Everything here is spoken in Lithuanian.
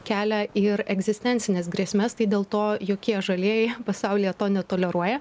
kelią ir egzistencines grėsmes tai dėl to jokie žalieji pasaulyje to netoleruoja